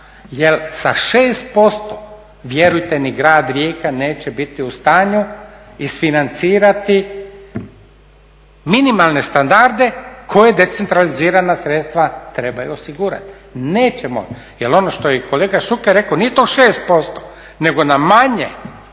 Jel sa 6% vjerujte ni grad Rijeka neće biti u stanju isfinancirati minimalne standarde koje decentralizirana sredstva trebaju osigurati, nećemo. Jel ono što je rekao i kolega Šuker nije to 6% nego na manje